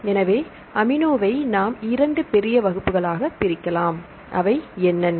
எனவேஅமினோ வை நாம் 2 பெரிய வகுப்புகளாக பிரிக்கலாம் அவை என்னென்ன